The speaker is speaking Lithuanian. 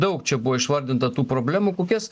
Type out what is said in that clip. daug čia buvo išvardinta tų problemų kokias